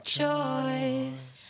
choice